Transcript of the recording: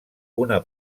una